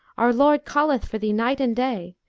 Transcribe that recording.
our lord calleth for thee night and day,